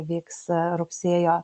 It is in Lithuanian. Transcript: vyks rugsėjo